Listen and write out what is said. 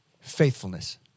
Faithfulness